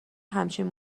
همچین